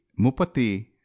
Mupati